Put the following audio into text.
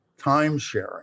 timesharing